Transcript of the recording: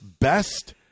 best